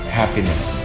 happiness